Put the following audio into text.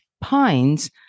pines